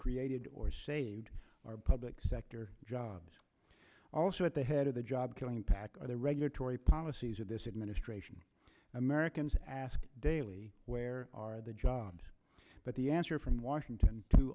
created or saved are public sector jobs also at the head of the job killing impact the regulatory policies of this administration americans ask daily where are the jobs but the answer from washington too